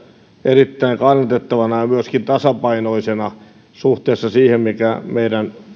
erittäin kannatettavana ja myöskin tasapainoisena suhteessa siihen mikä meidän